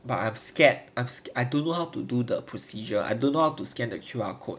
but I'm scared I'm scared I don't know how to do the procedure I dunno how to scan the Q_R code